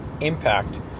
impact